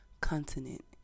continent